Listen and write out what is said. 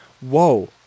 Whoa